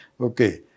Okay